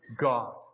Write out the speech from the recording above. God